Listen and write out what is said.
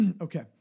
Okay